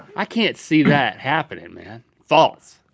i can't see that happening, man. false!